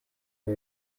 uba